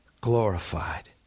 glorified